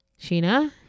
Sheena